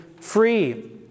free